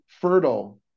fertile